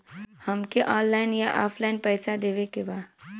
हमके ऑनलाइन या ऑफलाइन पैसा देवे के बा?